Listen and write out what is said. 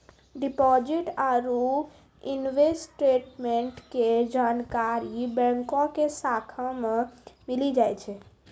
deposit आरू investment के जानकारी बैंको के शाखा मे मिली जाय छै